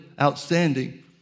outstanding